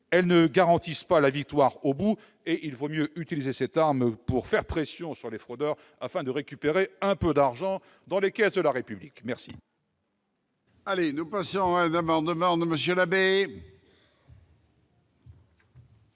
qu'elles ne garantissent pas la victoire au bout et qu'il vaut mieux utiliser cette arme pour faire pression sur les fraudeurs, afin de récupérer un peu d'argent dans les caisses de la République ...